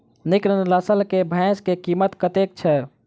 नीक नस्ल केँ भैंस केँ कीमत कतेक छै?